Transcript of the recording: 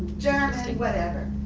german, whatever.